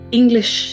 English